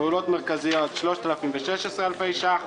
פעולות מרכזיות 3,016 אלפי ש"ח,